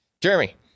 Jeremy